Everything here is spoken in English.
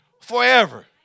forever